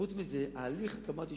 חוץ מזה, הליך הקמת יישוב,